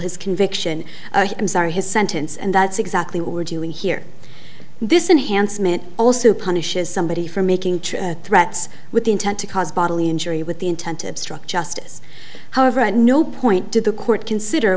his conviction i'm sorry his sentence and that's exactly what we're doing here this enhanced man also punishes somebody for making threats with intent to cause bodily injury with the intent to obstruct justice however at no point did the court consider